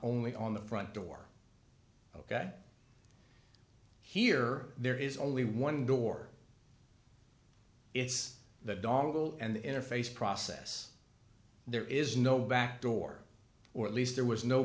only on the front door here there is only one door it's the dongle and interface process there is no back door or at least there was no